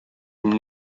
une